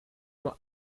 nur